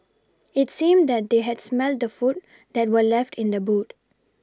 it seemed that they had smelt the food that were left in the boot